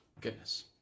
Goodness